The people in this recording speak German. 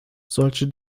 solche